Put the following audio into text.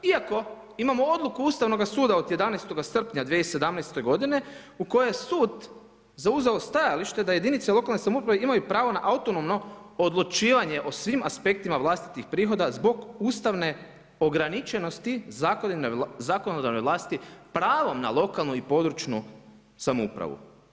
Iako imamo odluku Ustavnoga suda od 11. srpnja 2017. godine u kojoj sud zauzeo stajalište da jedinice lokalne samouprave imaju pravo na autonomno odlučivanje o svim aspektima vlastitih prihoda zbog ustavne ograničenosti zakonodavne vlasti pravom na lokalnu i područnu samoupravu.